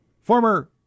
Former